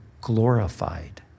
glorified